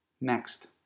Next